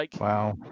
Wow